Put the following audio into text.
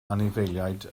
anifeiliaid